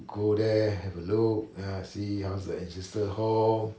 go there have a look you know see how's the ancestors' home